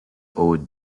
ode